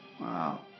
Wow